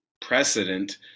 precedent